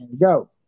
Go